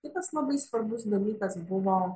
kitas labai svarbus dalykas buvo